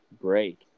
break